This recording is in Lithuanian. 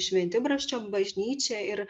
šventibrasčio bažnyčia ir